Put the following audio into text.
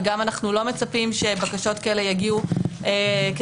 ואנחנו גם לא מצפים שבקשות כאלה יגיעו כדבר